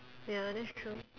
ya that's true